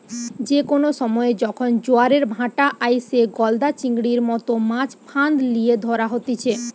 যে কোনো সময়ে যখন জোয়ারের ভাঁটা আইসে, গলদা চিংড়ির মতো মাছ ফাঁদ লিয়ে ধরা হতিছে